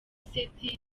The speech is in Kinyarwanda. seth